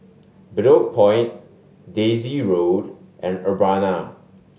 Bedok Point Daisy Road and Urbana